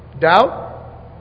doubt